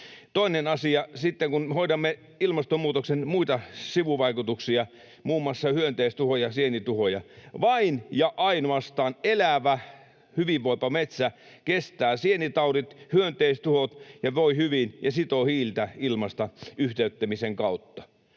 Toinen asia: Sitten kun hoidamme ilmastonmuutoksen muita sivuvaikutuksia, muun muassa hyönteistuhoja, sienituhoja, vain ja ainoastaan elävä, hyvinvoipa metsä kestää sienitaudit, hyönteistuhot ja voi hyvin ja sitoo hiiltä ilmasta [Petri Huru: